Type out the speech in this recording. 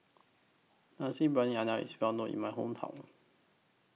Nasi Briyani IS Well known in My Hometown